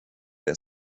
der